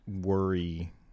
worry